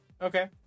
Okay